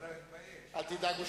אל תדאג.